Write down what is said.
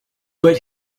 but